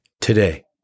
Today